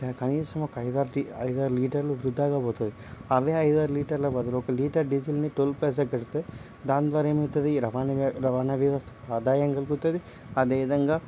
కనీసం ఒక ఐదు ఆరు ఐదు ఆరు లీటర్లు వృధాగా పోతుంది అదే ఐదారు లీటర్ల బదులు ఒక లీటర్ డీజిల్ని టోల్ ప్లాజాకు కడితే దాని ద్వారా ఏమవుతుంది రవాణా వ్య రవాణా వ్యవస్థకు ఆధాయం కలుగుతుంది అదేవిధంగా